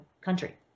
country